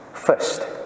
First